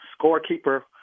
scorekeeper